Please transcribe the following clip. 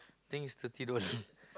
think it's thirty dollar